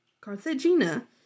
Carthagena